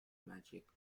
magic